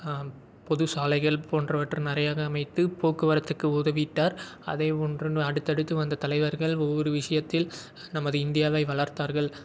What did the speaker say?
பொது சாலைகள் போன்றவற்றை நிறையாக அமைத்து போக்குவரத்துக்கு உதவிட்டார் அதே போன்று அடுத்தடுத்து வந்த தலைவர்கள் ஒவ்வொரு விஷயத்தில் நமது இந்தியாவை வளர்த்தார்கள்